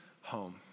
home